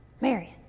Marion